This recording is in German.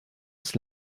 des